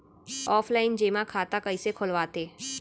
Offline जेमा खाता कइसे खोलवाथे?